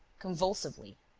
convulsively.